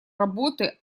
работы